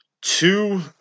two